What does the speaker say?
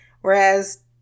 whereas